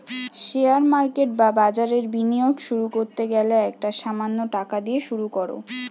share market বা বাজারে বিনিয়োগ শুরু করতে গেলে একটা সামান্য টাকা দিয়ে শুরু করো